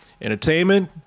entertainment